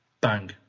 Bang